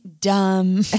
dumb